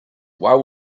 why